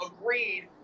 agreed